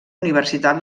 universitat